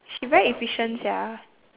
she very efficient sia